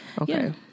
Okay